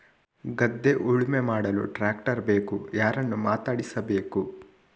ಗದ್ಧೆ ಉಳುಮೆ ಮಾಡಲು ಟ್ರ್ಯಾಕ್ಟರ್ ಬೇಕು ಯಾರನ್ನು ಮಾತಾಡಿಸಬೇಕು?